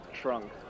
trunk